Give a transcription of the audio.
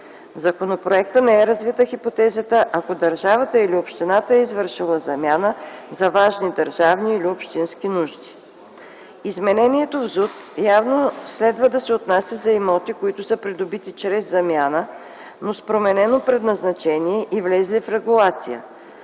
законопроекта не е развита хипотезата, ако държавата или общината е извършила замяна за важни държавни или общински нужди. Изменението в Закона за устройство на територията явно следва да се отнася за имоти, които са придобити чрез замяна, но с променено предназначение и влезли в регулация.